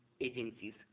agencies